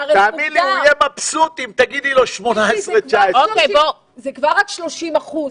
תאמיני לי שהוא יהיה מרוצה אם תגידי לו 2018. זה כבר עד 30 אחוזים.